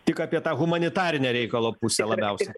tik apie tą humanitarinę reikalo pusę labiausia